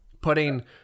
Putting